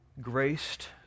graced